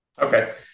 Okay